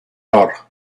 her